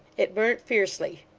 it burnt fiercely.